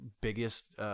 biggest